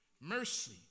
Mercy